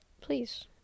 please